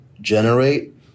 generate